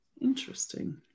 interesting